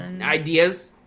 Ideas